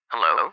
Hello